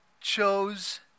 chose